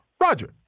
Roger